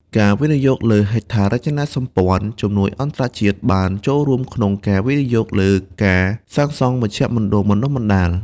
ការវិនិយោគលើហេដ្ឋារចនាសម្ព័ន្ធ ជំនួយអន្តរជាតិបានចូលរួមក្នុងការវិនិយោគលើការសាងសង់មជ្ឈមណ្ឌលបណ្តុះបណ្តាល។